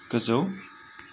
गोजौ